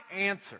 answer